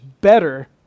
better